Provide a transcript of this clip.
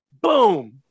boom